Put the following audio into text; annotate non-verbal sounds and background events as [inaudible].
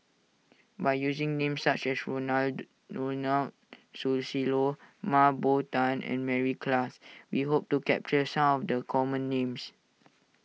by using names such as [unintelligible] Susilo Mah Bow Tan and Mary Klass we hope to capture some of the common names